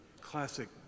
classic